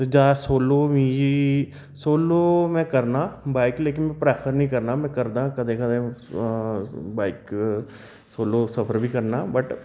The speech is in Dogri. ते जां सोलो मिगी सोलो में करना बाइक लेकिन में प्रैफर निं करना में करना कदें कदें बाइक सोलो सफर बी करना